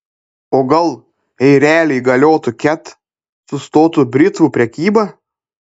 o gal jei realiai galiotų ket sustotų britvų prekyba